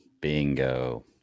Bingo